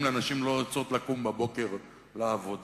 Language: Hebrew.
לאנשים לא לרצות לקום בבוקר לעבודה.